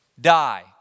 die